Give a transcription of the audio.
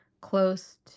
close